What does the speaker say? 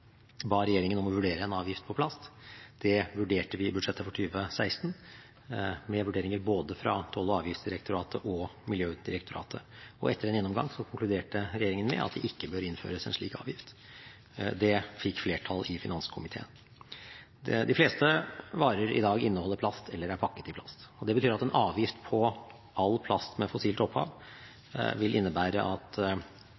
regjeringen ble bedt om å vurdere en avgift på plast. Det vurderte vi i budsjettet for 2016, etter vurderinger fra både Toll- og avgiftsdirektoratet og Miljødirektoratet. Etter en gjennomgang konkluderte regjeringen med at det ikke bør innføres en slik avgift. Det sluttet et flertall i finanskomiteen seg til. De fleste varer i dag inneholder plast eller er pakket i plast. Det betyr at en avgift på all plast med fossilt